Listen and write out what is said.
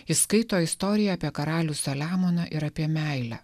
jis skaito istoriją apie karalių saliamoną ir apie meilę